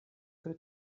pro